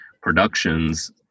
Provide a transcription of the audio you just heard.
productions